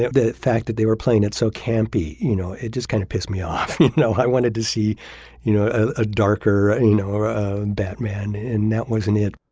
the fact that they were playing it so campy you know it just kind of pissed me off. no i wanted to see you know a darker nora and batman and that wasn't it.